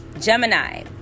Gemini